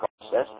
process